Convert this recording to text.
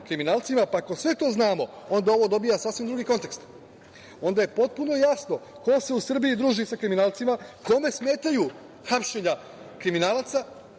pa ako sve to znamo, onda ovo dobija sasvim drugi kontekst. Onda je potpuno jasno ko se u Srbiji druži sa kriminalcima, kome smetaju hapšenja kriminalaca,